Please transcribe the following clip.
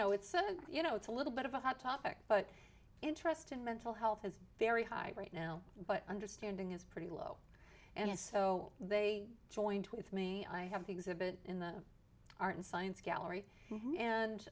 know it's you know it's a little bit of a hot topic but interest in mental health is very high right now but understanding is pretty low and so they joined with me i have an exhibit in the art and science gallery and